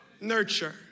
nurture